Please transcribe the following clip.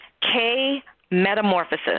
K-Metamorphosis